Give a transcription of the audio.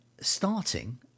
starting